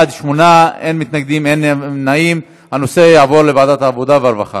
ההצעה להעביר את הנושא לוועדת העבודה, הרווחה